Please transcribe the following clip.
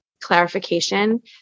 clarification